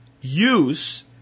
use